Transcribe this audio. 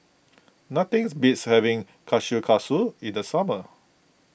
nothings beats having Kushikatsu in the summer